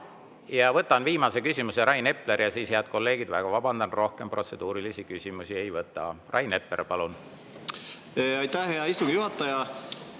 Võtan viimase küsimuse Rain Eplerilt ja siis, head kolleegid, väga vabandan, rohkem protseduurilisi küsimusi ei võta. Rain Epler, palun! Aitäh, hea istungi juhataja!